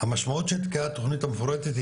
המשמעות של תקיעת התוכנית המפורטת,